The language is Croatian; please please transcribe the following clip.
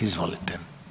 Izvolite.